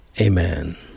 Amen